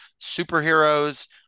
superheroes